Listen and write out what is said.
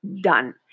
Done